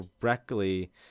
correctly